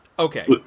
Okay